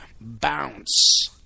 bounce